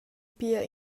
pia